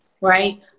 Right